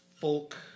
folk